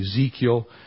Ezekiel